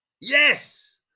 Yes